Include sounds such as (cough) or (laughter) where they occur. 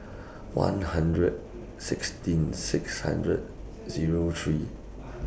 one hundred sixteen six hundred Zero three (noise)